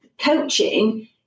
coaching